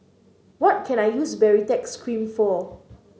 what can I use Baritex Cream for